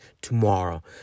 tomorrow